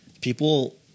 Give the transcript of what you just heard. people